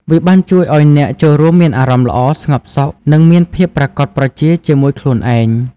វាបានជួយឲ្យអ្នកចូលរួមមានអារម្មណ៍ល្អ ស្ងប់សុខនិងមានភាពប្រាកដប្រជាជាមួយខ្លួនឯង។